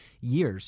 years